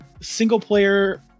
single-player